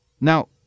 Now